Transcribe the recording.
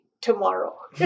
tomorrow